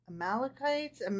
amalekites